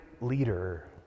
leader